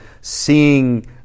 seeing